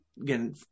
again